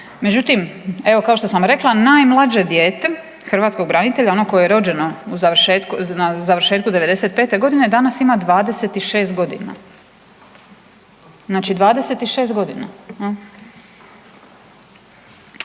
Međutim, evo kao što sam rekla najmlađe dijete hrvatskog branitelja ono koje je rođeno na završetku 95. godine danas ima 26 godina, znači, 26 godina.